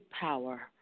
power